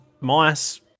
mice